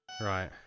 right